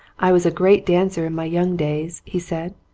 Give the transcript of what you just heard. i was a great dancer in my young days, he said,